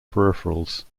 peripherals